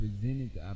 presented